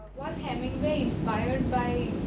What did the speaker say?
was hemingway inspired by